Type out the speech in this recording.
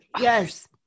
Yes